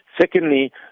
Secondly